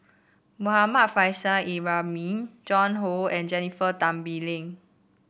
Muhammad Faishal Ibrahim Joan Hon and Jennifer Tan Bee Leng